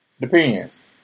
Depends